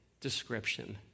description